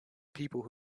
people